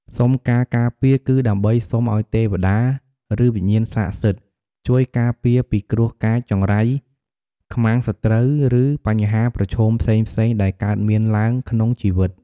សុំការការពារ គឺដើម្បីសុំឱ្យ ទេវតា ឬ វិញ្ញាណស័ក្តិសិទ្ធិ ជួយ ការពារពីគ្រោះកាច ចង្រៃ ខ្មាំងសត្រូវ ឬ បញ្ហាប្រឈមផ្សេងៗ ដែលកើតមានឡើងក្នុង ជីវិត។